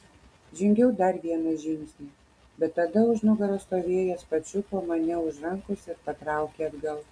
žengiau dar vieną žingsnį bet tada už nugaros stovėjęs pačiupo mane už rankos ir patraukė atgal